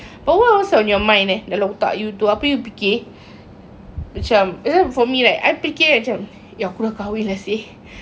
but what was on your mind eh dalam otak you tu apa you fikir macam it was for me like I fikir macam eh aku dah kahwin lah seh